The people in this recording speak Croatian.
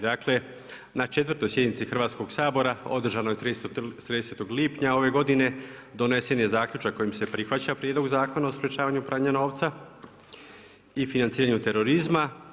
Dakle, na 4. sjednici Hrvatskog sabora, održanoj 30.6. ove godine, donesen je zaključak kojem se prihvaća prijedlog Zakona o sprječavanju i pranja novca i financiranju terorizma.